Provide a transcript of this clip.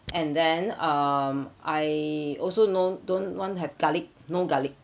and then um I also no don't want to have garlic no garlic